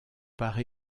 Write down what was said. par